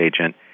agent